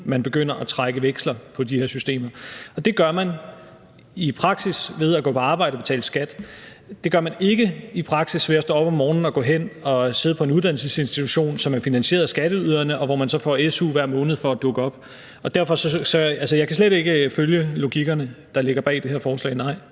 man begynder at trække veksler på de her systemer. Det gør man i praksis ved at gå på arbejde og betale skat. Det gør man ikke i praksis ved at stå op om morgenen og gå hen og sidde på en uddannelsesinstitution, som er finansieret af skatteyderne, og hvor man får su hver måned for at dukke op. Jeg kan slet ikke følge logikken bag det her forslag. Så